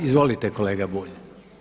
Izvolite kolega Bulj.